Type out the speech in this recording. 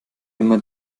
immer